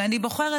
ואני בוחרת,